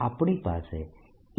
આપણી પાસે E છે